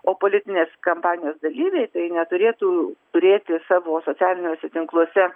o politinės kampanijos dalyviai tai neturėtų turėti savo socialiniuose tinkluose